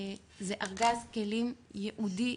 זה ארגז כלים ייעודי,